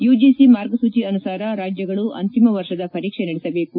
UGC ಮಾರ್ಗಸೂಚಿ ಅನುಸಾರ ರಾಜ್ಲಗಳು ಅಂತಿಮ ವರ್ಷದ ಪರೀಕ್ಸೆ ನಡೆಸಬೇಕು